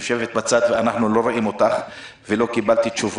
אנחנו לא רואים אותך, את יושבת בצד.